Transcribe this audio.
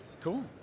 Cool